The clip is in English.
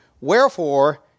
wherefore